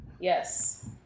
Yes